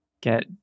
get